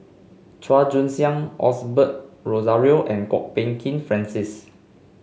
Chua Joon Siang Osbert Rozario and Kwok Peng Kin Francis